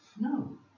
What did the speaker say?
No